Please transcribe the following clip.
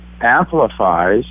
amplifies